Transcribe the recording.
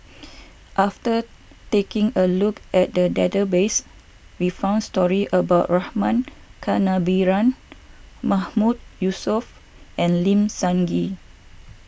after taking a look at the database we found stories about Rama Kannabiran Mahmood Yusof and Lim Sun Gee